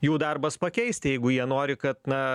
jų darbas pakeisti jeigu jie nori kad na